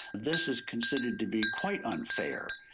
this is considered to be quite unfair,